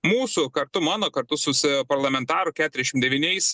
mūsų kartu mano kartu su su parlamentaru keturiasdešim devyniais